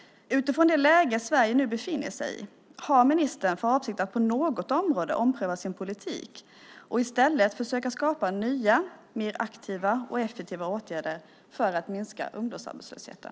Utifrån det läge Sverige nu befinner sig i, har ministern för avsikt att på något område ompröva sin politik och i stället försöka skapa nya, mer aktiva och effektiva åtgärder för att minska ungdomsarbetslösheten?